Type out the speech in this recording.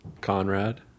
Conrad